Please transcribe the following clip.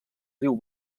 riu